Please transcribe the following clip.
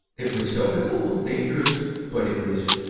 it was so, it was a little dangerous, but it was,